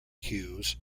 cues